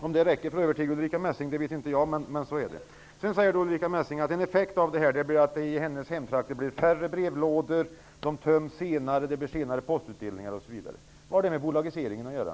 Om detta räcker för att övertyga Ulrica Messing vet inte jag. Så här är det i alla fall. Sedan säger Ulrica Messing att en effekt av detta kommer att vara att det i hennes hemtrakter blir färre brevlådor, att brevlådorna töms senare på dagen, att det blir en senare postutdelning osv. Men vad har allt detta med en bolagisering att göra?